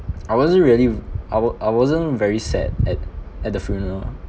I wasn't really I wa~ I wasn't very sad at at the funeral